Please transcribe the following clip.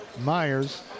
Myers